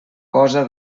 cosa